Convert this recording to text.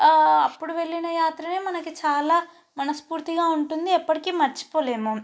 అప్పుడు వెళ్ళిన యాత్రే మనకి చాలా మనస్ఫూర్తిగా ఉంటుంది ఎప్పటికీ మరచిపోలేము